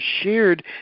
shared